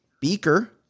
Beaker